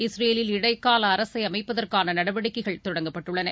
இஸ்ரேலில் இடைக்கால அரசை அமைப்பதற்கான நடவடிக்கைகள் தொடங்கப்பட்டுள்ளன